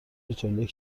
تولید